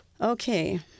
okay